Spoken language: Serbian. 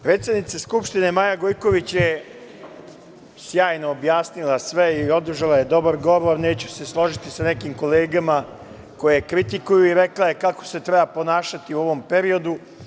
Predsednica Skupštine Maja Gojković je sjajno objasnila sve i održala je dobar govor, neću se složiti sa nekim kolegama koje je kritikuju, i rekla kako se ponašati u ovom periodu.